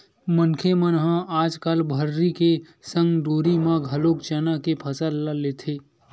मनखे मन ह आजकल भर्री के संग डोली म घलोक चना के फसल ल लेथे